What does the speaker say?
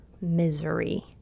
misery